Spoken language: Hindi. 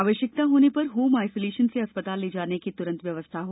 आवश्यकता होने पर होम आइसोलेशन से अस्पताल ले जाने की तुरंत व्यवस्था हो